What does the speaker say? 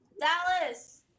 Dallas